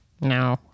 No